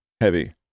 heavy